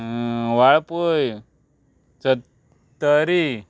Valpoi Sattari